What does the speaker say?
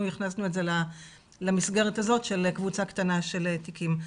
הכנסנו את זה למסגרת הזאת של קבוצה קטנה של תיקים.